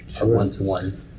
one-to-one